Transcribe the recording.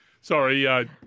Sorry